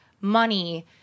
money